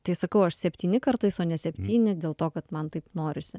tai sakau aš septyni kartais o ne septyni dėl to kad man taip norisi